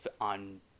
on